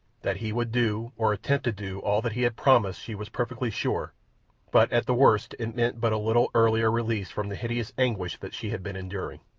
that he would do, or attempt to do, all that he had promised, she was perfectly sure but at the worst it meant but a little earlier release from the hideous anguish that she had been enduring.